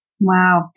Wow